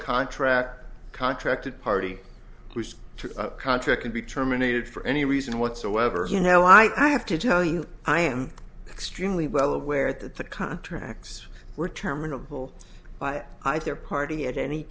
contract contracted party whose contract can be terminated for any reason whatsoever you know i have to tell you i am extremely well aware that the contracts were terminable by either party at any